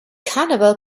carnival